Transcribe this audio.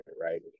right